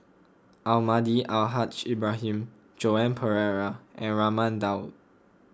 Almahdi Al Haj Ibrahim Joan Pereira and Raman Daud